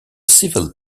civil